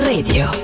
Radio